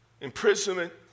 imprisonment